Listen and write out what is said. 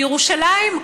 בירושלים,